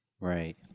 Right